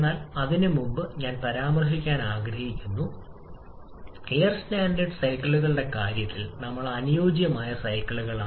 എന്നാൽ അതിനുമുമ്പ് ഞാൻ പരാമർശിക്കാൻ ആഗ്രഹിക്കുന്നു എയർ സ്റ്റാൻഡേർഡ് സൈക്കിളുകളുടെ കാര്യത്തിൽ നമ്മൾ അനുയോജ്യമായ സൈക്കിളുകളാണ്